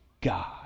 God